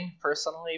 personally